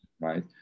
right